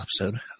episode